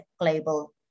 global